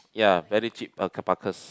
ya very cheap alpacas